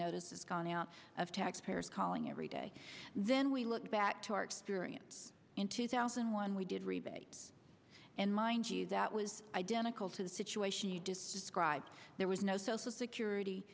notice is gone out of taxpayers calling every day then we look back to our experience in two thousand and one we did rebates and mind you that was identical to the situation you described there was no social security